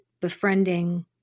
befriending